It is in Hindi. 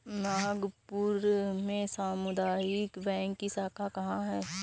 नागपुर में सामुदायिक बैंक की शाखा कहाँ है?